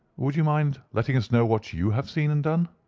would you mind letting us know what you have seen and done?